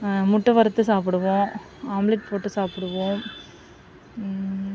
முட்டை வறுத்து சாப்பிடுவோம் ஆம்லேட் போட்டு சாப்பிடுவோம்